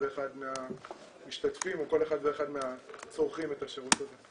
ואחד מהמשתתפים ולכל אחד ואחד מהצורכים את השירות הזה.